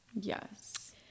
Yes